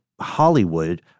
Hollywood